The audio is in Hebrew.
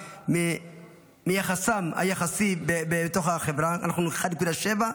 מיחסם היחסי בתוך החברה: אנחנו 1.7%,